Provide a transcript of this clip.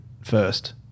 first